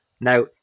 Now